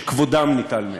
שכבודם ניטל מהם.